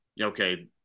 okay